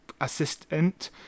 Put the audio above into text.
assistant